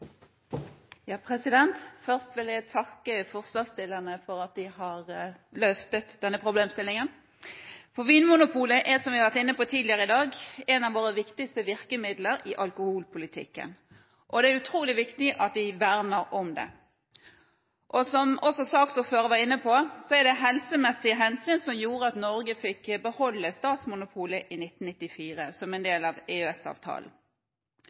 som vi har vært inne på tidligere i dag, et av våre viktigste virkemidler i alkoholpolitikken, og det er utrolig viktig at vi verner om det. Som også saksordføreren var inne på, er det helsemessige hensyn som gjorde at Norge fikk beholde statsmonopolet i 1994 som en del av